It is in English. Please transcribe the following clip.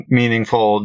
meaningful